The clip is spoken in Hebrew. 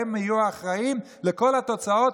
הם יהיו האחראים לכל התוצאות.